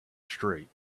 straight